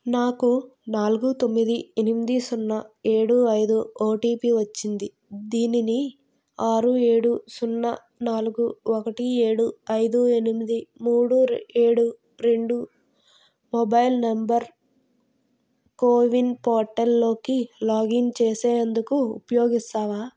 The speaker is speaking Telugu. నాకు నాలుగు తొమ్మిది ఎనిమిది సున్నా ఏడు ఐదు ఓటీపీ వచ్చింది దీనిని ఆరు ఏడు సున్నా నాలుగు ఒకటి ఏడు ఐదు ఎనిమిది మూడు రె ఏడు రెండు మొబైల్ నంబర్ కోవిన్ పోర్టల్ లోకి లాగిన్ చేసేందుకు ఉపయోగిస్తావా